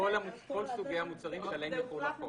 כל סוגי המוצרים שעליהם יחול החוק.